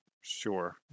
Sure